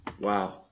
Wow